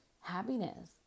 happiness